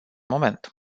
moment